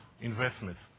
investments